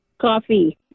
Coffee